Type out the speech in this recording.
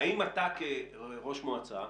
הוא הם קיבל מכתב שאם הוא לא יפנה עד תאריך כזה וכזה,